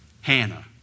Hannah